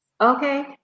Okay